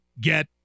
get